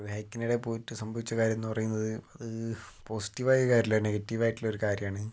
ഒരു ഹൈക്കിനിടെ പോയിട്ട് സംഭവിച്ച കാര്യമെന്ന് പറയുന്നത് അത് പോസിറ്റീവായ കാര്യമല്ല നെഗറ്റീവ് ആയിട്ടുള്ള ഒരു കാര്യമാണ്